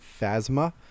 Phasma